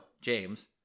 James